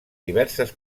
diverses